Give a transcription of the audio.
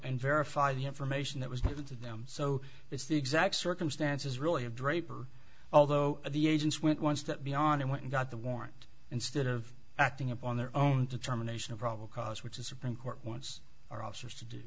and verify the information that was given to them so it's the exact circumstances really of draper although the agents went one step beyond and went and got the warrant instead of acting upon their own determination of probable cause which the supreme court wants our officers to do